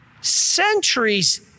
centuries